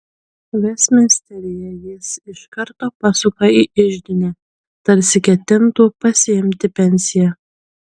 vestminsteryje jis iš karto pasuka į iždinę tarsi ketintų pasiimti pensiją